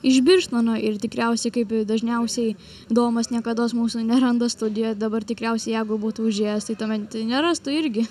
iš birštono ir tikriausiai kaip dažniausiai domas niekados mūsų neranda studijoj dabar tikriausiai jeigu būtų užėjęs tai tuomet nerastų irgi